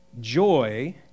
Joy